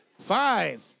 Five